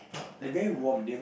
like